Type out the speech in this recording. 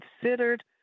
considered